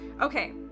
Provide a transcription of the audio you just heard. okay